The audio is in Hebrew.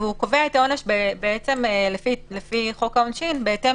והוא קובע את העונש לפי חוק העונשין בהתאם